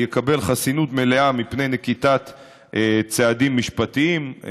יקבל חסינות מלאה מפני נקיטת צעדים משפטיים.